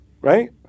right